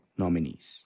nominees